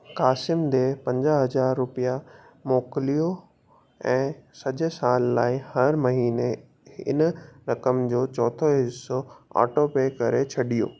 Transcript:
क़ासिम ॾे पंजाह हज़ार रुपया मोकिलियो ऐं सॼे साल लाइ हर महिने इन रक़म जो चोथों हिसो ऑटोपे करे छॾियो